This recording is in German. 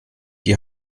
die